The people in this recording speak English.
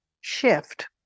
shift